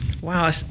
Wow